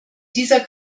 dieser